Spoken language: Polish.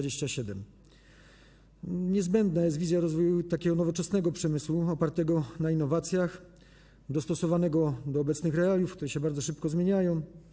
Niezbędna jest wizja rozwoju nowoczesnego przemysłu, opartego na innowacjach, dostosowanego do obecnych realiów, które się bardzo szybko zmieniają.